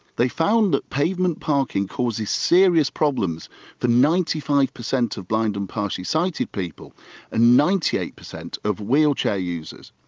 they found that pavement parking causes serious problems for ninety five percent of blind and partially sighted people and ninety eight percent of wheelchair users.